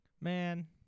Man